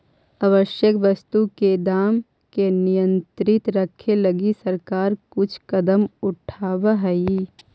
आवश्यक वस्तु के दाम के नियंत्रित रखे लगी सरकार कुछ कदम उठावऽ हइ